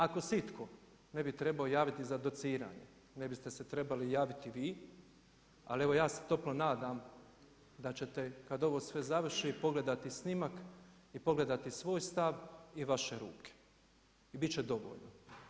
Ako se itko ne bi trebao javiti za dociranje, ne biste se trebali javiti vi, ali evo ja se toplo nadam da ćete kada ovo sve završi pogledati snimak i pogledati svoj stav i vaše ruke i bit će dovoljno.